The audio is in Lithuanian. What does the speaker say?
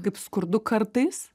kaip skurdu kartais